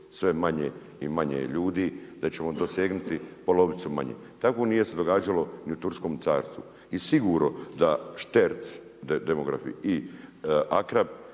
sve manje i manje je ljudi da ćemo dosegnuti polovicu manje. Tako nije se događalo ni u turskom carstvu. I sigurno da Šterc demograf i Akrap